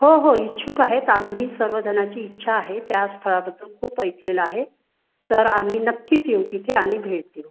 हो हो इच्छुक आहेच आम्ही सर्वजणाची इच्छा आहे त्या स्थळाबद्दल खूप ऐकलेलं आहे तर आम्ही नक्कीच येऊ तिथे आणि भेट देऊ